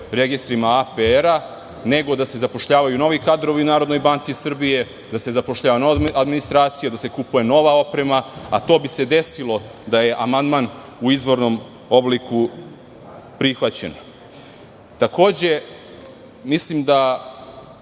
registrima APR, nego da se zapošljavaju novi kadrovi u Narodnoj banci Srbiji, da se zapošljava nova administracija, da se kupuje nova oprema, a to bi se desilo da je amandman u izvornom obliku prihvaćen. Ne mogu da